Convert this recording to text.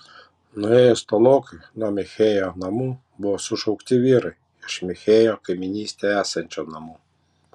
nuėjus tolokai nuo michėjo namų buvo sušaukti vyrai iš michėjo kaimynystėje esančių namų